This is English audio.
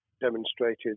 demonstrated